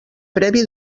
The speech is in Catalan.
previ